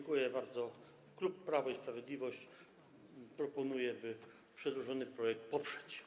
Klub Prawo i Sprawiedliwość proponuje, by przedłożony projekt poprzeć.